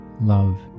love